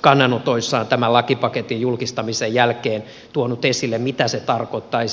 kannanotoissaan tämän lakipaketin julkistamisen jälkeen tuonut esille mitä se tarkoittaisi